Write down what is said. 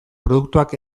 produktuak